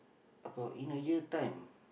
about in a year time